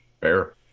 Fair